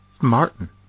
Martin